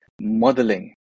modeling